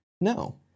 No